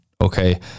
okay